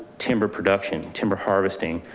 timber production, timber harvesting,